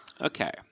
Okay